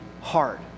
hard